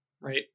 right